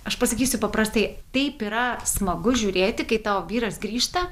aš pasakysiu paprastai taip yra smagu žiūrėti kai tavo vyras grįžta